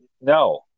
No